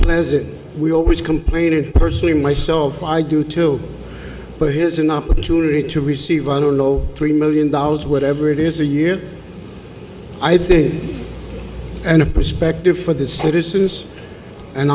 plaza we always complain and personally myself i do too but here's an opportunity to receive i don't know three million dollars whatever it is a year i think and a perspective for the citizens and